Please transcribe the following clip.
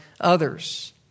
others